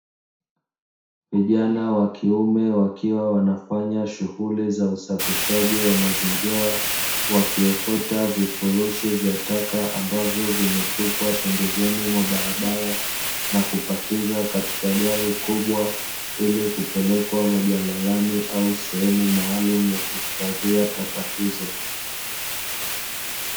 Vijana wa kiume wakiwa wanafanya shughuli za usafishaji wa mazingira, wakiokota vifurushi vya taka ambavyo vimetupwa pembezoni mwa barabara na kuzipakia katika gari kubwa ili kupelekwa majalalani au sehemu maalumu ya kuhifadhia taka hizo.